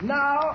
now